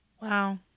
Wow